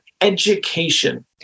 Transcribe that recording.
Education